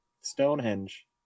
Stonehenge